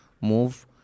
move